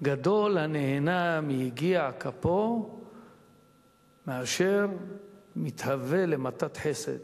גדול הנהנה מיגיע כפו מאשר מתאווה למתת חסד,